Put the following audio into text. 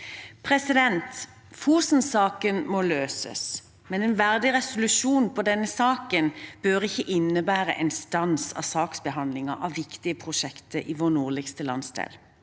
glad for. Fosen-saken må løses, men en verdig resolusjon i denne saken bør ikke innebære en stans av saksbehandlingen av viktige prosjekter i vår nordligste landsdel.